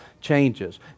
changes